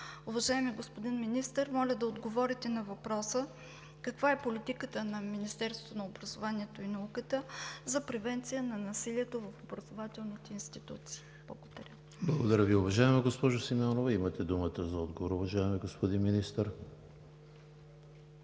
Уважаеми господин Министър, моля да отговорите на въпроса: каква е политиката на Министерството на образованието и науката за превенция на насилието в образователните институции? Благодаря. ПРЕДСЕДАТЕЛ ЕМИЛ ХРИСТОВ: Благодаря Ви, уважаема госпожо Симеонова. Имате думата за отговор, уважаеми господин Министър.